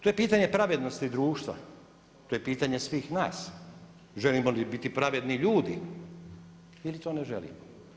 To je pitanje pravednosti društva, to je pitanje svih nas, želimo li biti pravedni ljudi ili to ne želimo.